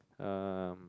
um